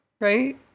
Right